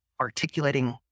Articulating